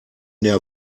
der